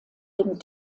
dem